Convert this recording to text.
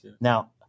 Now